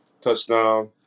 touchdown